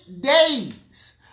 days